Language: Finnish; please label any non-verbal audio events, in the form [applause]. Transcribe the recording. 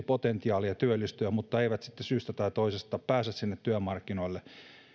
[unintelligible] potentiaalia työllistyä mutta jotka eivät syystä tai toisesta pääse sinne työmarkkinoille